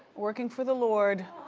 working for the lord.